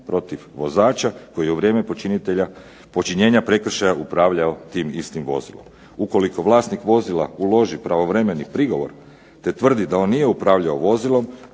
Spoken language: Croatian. protiv vozača koji je u vrijeme počinjenja prekršaja upravljao tim istim vozilom. Ukoliko vlasnik vozila uloži pravovremeni prigovor, te tvrdi da on nije upravljao vozilom,